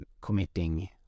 committing